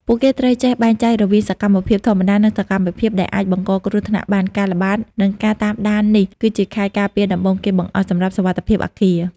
ពួកគេត្រូវចេះបែងចែករវាងសកម្មភាពធម្មតា និងសកម្មភាពដែលអាចបង្កគ្រោះថ្នាក់បាន ការល្បាត និងការតាមដាននេះ គឺជាខែលការពារដំបូងគេបង្អស់សម្រាប់សុវត្ថិភាពអគារ។